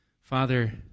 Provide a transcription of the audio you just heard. Father